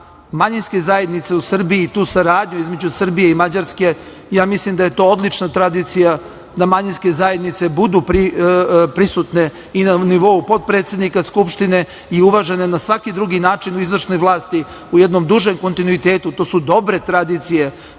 manjinske zajednice u Srbiji i tu saradnju između Srbije i Mađarske. Ja mislim da je to odlična tradicija, da manjinske zajednice budu prisutne i na nivou potpredsednika Skupštine i uvažene na svaki drugi način u izvršnoj vlasti u jednom dužem kontinuitetu. To su dobre tradicije